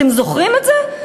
אתם זוכרים את זה?